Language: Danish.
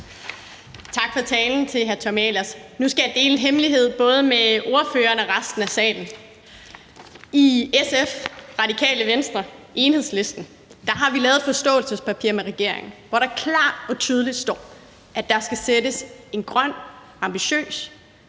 Tak for talen til hr. Tommy Ahlers. Nu skal jeg dele en hemmelighed, både med ordføreren og resten af salen: I SF, Radikale Venstre og Enhedslisten har vi lavet et forståelsespapir med regeringen, hvor der klart og tydeligt står, at der skal sættes en grøn ambitiøs